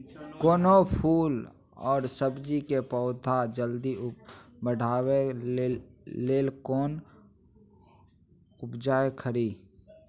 कोनो फूल आ सब्जी के पौधा के जल्दी बढ़ाबै लेल केना उपाय खरी?